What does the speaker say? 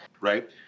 right